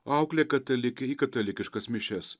auklė katalikė į katalikiškas mišias